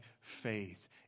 faith